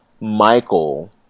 Michael